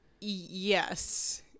Yes